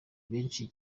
benshi